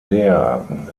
der